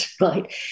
right